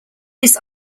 his